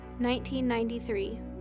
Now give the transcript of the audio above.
1993